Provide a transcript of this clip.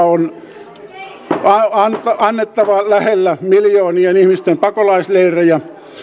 humanitaarista apua on annettava lähellä miljoonien ihmisten pakolaisleirejä